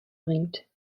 bringt